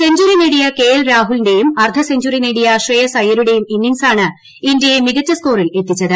century നേടിയ K L രാഹുലിന്റെയും അർധസെഞ്ചറിനേടിയ ശ്രേയസ് അയ്യരുടെയും ഇന്നിംഗ്സാണ് ഇന്തൃയെ മികച്ച സ്കോറിൽ എത്തിച്ചത്